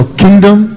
kingdom